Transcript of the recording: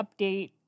update